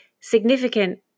significant